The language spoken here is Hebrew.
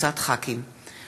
הצעת חוק לתיקון פקודת מס הכנסה (פטור ממס לגמלאים על תשלומי פנסיה),